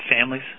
families